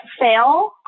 fail